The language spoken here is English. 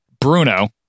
Bruno